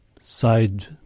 side